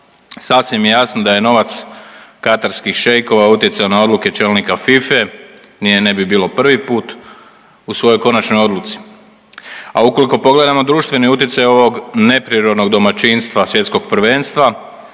sasvim je jasno da je novac katarskih šeikova utjecao na odluke čelnika Fifa-e …/Govornik se ne razumije/…ne bi bilo prvi put u svojoj konačnoj odluci, a ukoliko pogledamo društveni utjecaj ovog neprirodnog domaćinstva svjetskog prvenstva